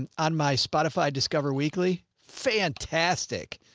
and on my spotify discover weekly. fantastic.